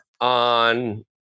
on